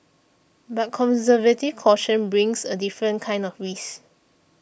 but conservative caution brings a different kind of risk